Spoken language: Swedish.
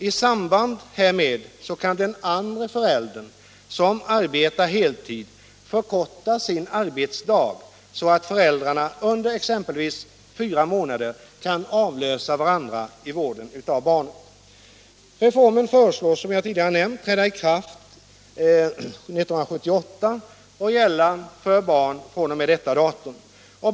I samband härmed kan den andre föräldern som arbetar heltid förkorta sin arbetsdag, så att föräldrarna under exempelvis fyra månader kan avlösa varandra i vården av barnet. Reformen föreslås, som jag tidigare nämnt, träda i kraft 1978 och gälla för barn födda fr.o.m. detta datum.